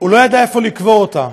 לא ידע איפה לקבור אותה,